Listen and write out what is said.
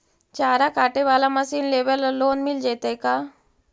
चारा काटे बाला मशीन लेबे ल लोन मिल जितै का?